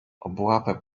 obławę